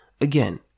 Again